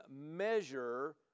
measure